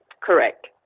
Correct